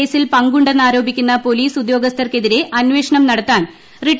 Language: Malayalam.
കേസിൽ പങ്കുണ്ടെന്ന് ആരോപിക്കുന്ന പോലീസ് ഉദ്യോഗസ്ഥർക്കെതിരെ അന്വേഷണം നടത്താൻ റിട്ട